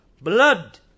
blood